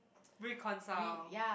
reconcile